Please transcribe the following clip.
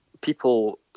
people